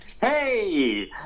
Hey